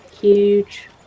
Huge